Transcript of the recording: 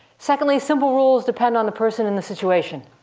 secondly, simple rules depend on the person and the situation.